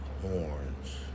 horns